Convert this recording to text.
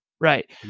right